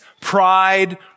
Pride